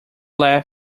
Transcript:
laugh